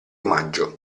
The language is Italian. omaggio